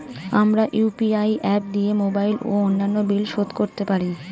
আমরা UPI app দিয়ে mobile ও অন্যান্য বিল শোধ করতে পারি